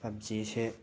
ꯄꯞꯖꯤꯁꯦ